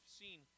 seen